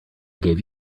gave